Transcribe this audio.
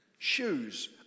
Shoes